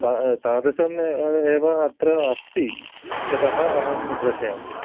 ता तादृशम् एवमेव अत्र अस्ति इत्यतः अहं प्रेषयामि